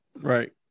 right